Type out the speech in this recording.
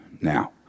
Now